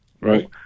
Right